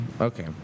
Okay